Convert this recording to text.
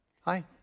hi